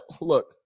look